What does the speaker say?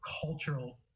cultural